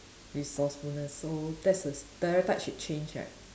resourcefulness so that's the stereotype should change right